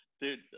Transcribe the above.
dude